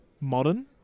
modern